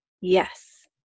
Yes